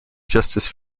justice